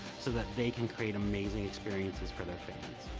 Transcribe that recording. so that they can create amazing experiences for their families.